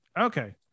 Okay